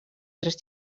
tres